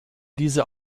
diese